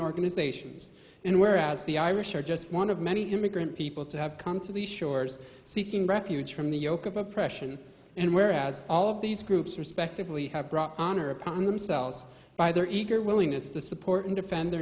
organizations and whereas the irish are just one of many immigrant people to have come to the shores seeking refuge from the yoke of oppression and whereas all of these groups respectively have brought honor upon themselves by their eager willingness to support and defend their